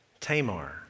Tamar